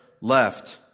left